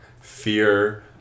fear